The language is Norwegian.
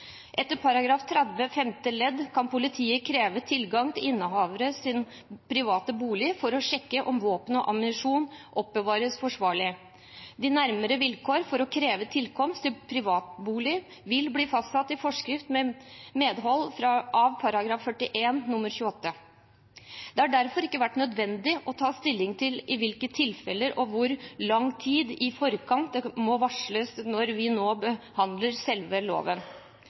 Etter § 30 femte ledd kan politiet kreve tilgang til innehavers private bolig for å sjekke om våpen og ammunisjon oppbevares forsvarlig. De nærmere vilkår for å kreve tilkomst til privatbolig vil bli fastsatt i forskrift med medhold av § 41 nr. 28. Det har derfor ikke vært nødvendig å ta stilling til i hvilke tilfeller og hvor lang tid i forkant det må varsles, når vi nå behandler selve loven.